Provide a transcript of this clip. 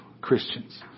Christians